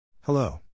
Hello